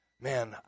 man